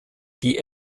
die